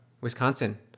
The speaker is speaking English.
Wisconsin